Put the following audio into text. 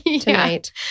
tonight